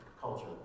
culture